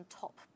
top